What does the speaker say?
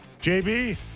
JB